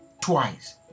twice